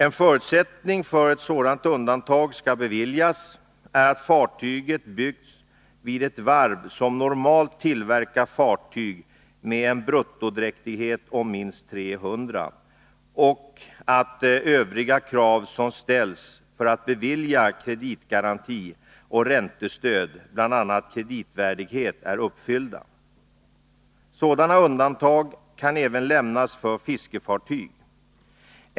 En förutsättning för att sådant undantag skall beviljas är att fartyget byggs vid ett varv som normalt tillverkar fartyg med en bruttodräktighet om minst 300 registerton och att övriga krav som ställs för att bevilja kreditgaranti och räntestöd, bl.a. på kreditvärdighet, är uppfyllda. Sådana undantag kan även lämnas för fiskefartyg.